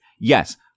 Yes